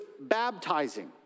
baptizing